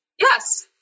Yes